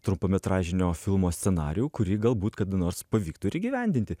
trumpametražinio filmo scenarijų kurį galbūt kada nors pavyktų ir įgyvendinti